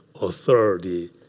authority